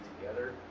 together